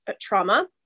trauma